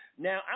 now